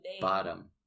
Bottom